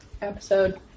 episode